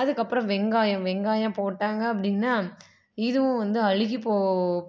அதுக்கப்புறம் வெங்காயம் வெங்காயம் போட்டாங்க அப்படின்னா இதுவும் வந்து அழுகிப்போ